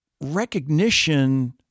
recognition